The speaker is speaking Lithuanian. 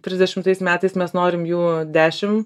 trisdešimtais metais mes norim jų dešim